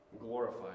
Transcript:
glorified